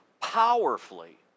powerfully